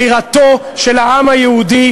בירתו של העם היהודי,